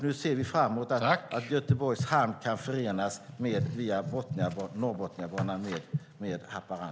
Nu ser vi fram mot att Göteborgs hamn kan förenas med Haparanda via Norrbotniabanan.